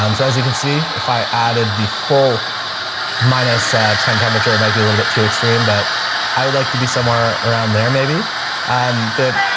um so as you can see if i added the full minus ten temperature, it might be a little bit too extreme, but i would like to be somewhere around there. maybe um the,